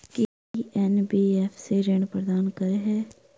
की NBFC ऋण प्रदान करे है?